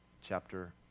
chapter